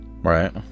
Right